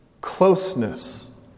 Closeness